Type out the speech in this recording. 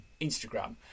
Instagram